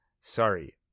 sorry